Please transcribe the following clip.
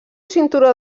cinturó